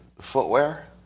footwear